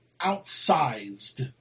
outsized